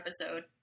episode